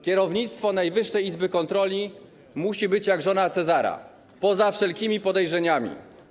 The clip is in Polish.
Kierownictwo Najwyższej Izby Kontroli musi być jak żona Cezara, poza wszelkimi podejrzeniami.